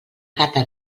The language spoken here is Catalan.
gata